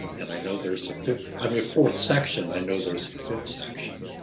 and i know there's a fifth, i mean, a fourth section. i know there's a fifth section.